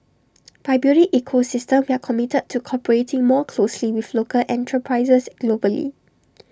by building ecosystem we are committed to cooperating more closely with local enterprises globally